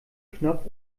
knopf